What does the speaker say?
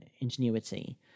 ingenuity